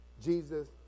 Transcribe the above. jesus